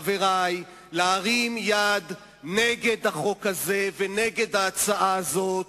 חברי, להרים יד נגד החוק הזה ונגד ההצעה הזאת,